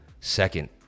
second